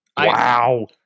wow